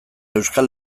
euskal